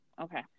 okay